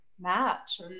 match